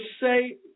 say